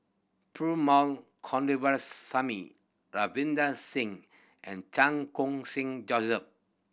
Perumal Ravinder Singh and Chan Khun Sing